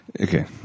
Okay